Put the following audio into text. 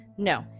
No